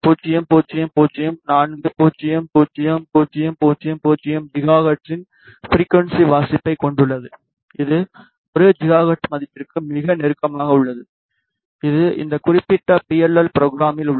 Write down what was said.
000400000 gigahertz இன் frequency வாசிப்பைக் கொண்டுள்ளது இது 1 ஜிகாஹெர்ட்ஸ்மதிப்பிற்கு மிக நெருக்கமாக உள்ளது இது இந்த குறிப்பிட்ட பி எல் எல் இல் ப்ரோக்ராமில் உள்ளது